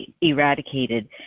eradicated